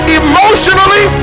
emotionally